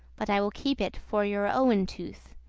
but i will keep it for your owen tooth.